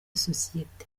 sosiyete